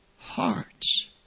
hearts